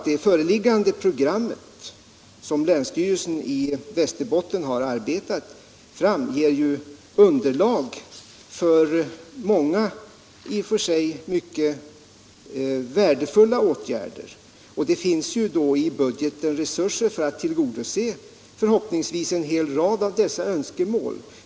Det program som länsstyrelsen i Västerbot ten har arbetat fram ger underlag för många i och för sig värdefulla åtgär der, och i budgeten finns resurser att tillgodose förhoppningsvis en hel rad av dessa önskemål.